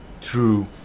true